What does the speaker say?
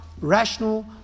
rational